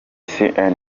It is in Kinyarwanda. charles